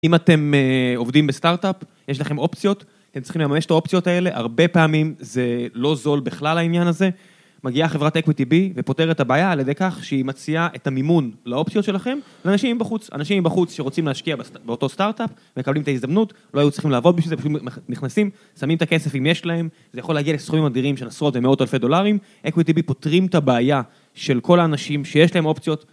אם אתם עובדים בסטארט-אפ, יש לכם אופציות, אתם צריכים לממש את האופציות האלה, הרבה פעמים זה לא זול בכלל העניין הזה. מגיעה חברת Equity B ופותרת הבעיה על ידי כך שהיא מציעה את המימון לאופציות שלכם לאנשים בחוץ, אנשים בחוץ שרוצים להשקיע באותו סטארט-אפ, מקבלים את ההזדמנות, לא היו צריכים לעבוד בשביל זה, פשוט מכנסים, שמים את הכסף אם יש להם, זה יכול להגיע לסכומים אדירים של עשרות ומאות אלפי דולרים. Equity B פותרים את הבעיה של כל האנשים שיש להם אופציות.